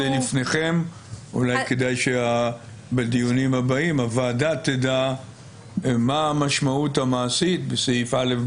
אולי כדאי שבדיונים הבאים הוועדה תדע מה המשמעות המעשית בסעיף א',